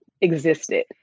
existed